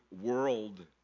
world